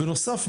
בנוסף,